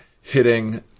hitting